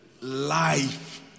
life